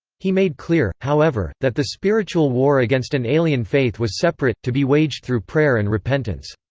he made clear, however, that the spiritual war against an alien faith was separate, to be waged through prayer and repentance.